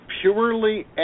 purely